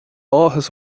áthas